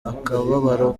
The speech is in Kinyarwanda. akababaro